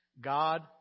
God